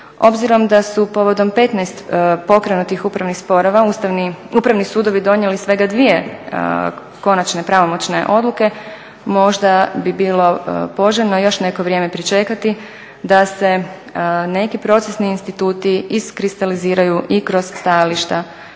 Obzirom da su povodom 15 pokrenutih upravnih sporova upravni sudovi donijeli svega dvije konačne pravomoćne odluke možda bi bilo poželjno još neko vrijeme pričekati da se neki procesni instituti iskristaliziraju i kroz stajališta